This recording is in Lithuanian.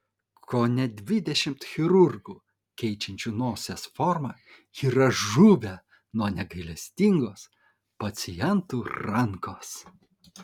kone dvidešimt chirurgų keičiančių nosies formą yra žuvę nuo negailestingos pacientų rankos